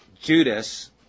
Judas